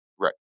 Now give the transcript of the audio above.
right